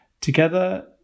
Together